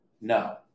No